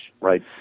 Right